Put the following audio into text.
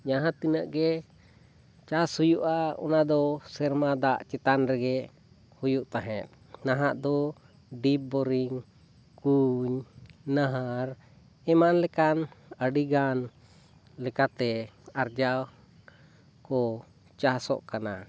ᱡᱟᱦᱟᱸ ᱛᱤᱱᱟᱹᱜ ᱜᱮ ᱪᱟᱥ ᱦᱩᱭᱩᱜᱼᱟ ᱚᱱᱟ ᱫᱚ ᱥᱮᱨᱢᱟ ᱫᱟᱜ ᱪᱮᱛᱟᱱ ᱨᱮᱜᱮ ᱦᱩᱭᱩᱜ ᱛᱟᱦᱮᱸᱫ ᱱᱟᱦᱟᱜ ᱫᱚ ᱰᱤᱯ ᱵᱳᱨᱤᱝ ᱠᱩᱧ ᱱᱟᱦᱟᱨ ᱮᱢᱟᱱ ᱞᱮᱠᱟᱱ ᱟᱹᱰᱤ ᱜᱟᱱ ᱞᱮᱠᱟᱛᱮ ᱟᱨᱡᱟᱣ ᱠᱚ ᱪᱟᱥᱚᱜ ᱠᱟᱱᱟ